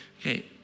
okay